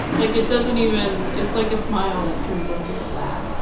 like it doesn't even, it's like a smile that turns into a laugh,